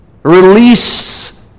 Release